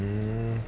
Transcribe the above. mm